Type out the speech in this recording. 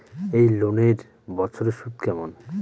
এই লোনের বছরে সুদ কেমন?